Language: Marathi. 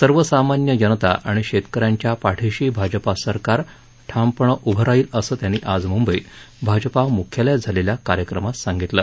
सर्वसामान्य जनता अणि शेतकऱ्यांच्या पाठिशी भाजपा सरकार ठामपणे उभं राहील असं त्यांनी आज मुंबईत भाजपा मुख्यालयात झालेल्या कार्यक्रमात सांगितलं